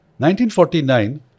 1949